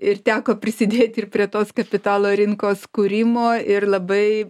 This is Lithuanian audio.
ir teko prisidėti ir prie tos kapitalo rinkos kūrimo ir labai